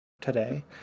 today